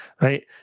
right